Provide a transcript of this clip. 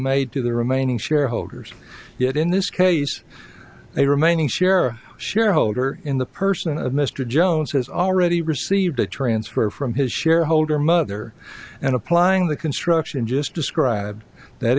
made to the remaining shareholders yet in this case a remaining share shareholder in the person of mr jones has already received a transfer from his shareholder mother and applying the construction just described that